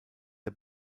der